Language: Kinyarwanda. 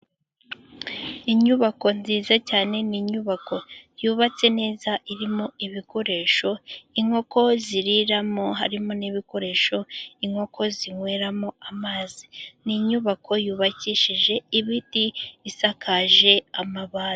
Inyubako nziza cyane ni inyubako yubatse neza irimo ibikoresho inkoko ziriramo. Harimo n'ibikoresho inkoko zinyweramo amazi . Ni inyubako yubakishije ibiti isakaije amabati.